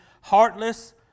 heartless